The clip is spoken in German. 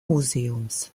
museums